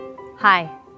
Hi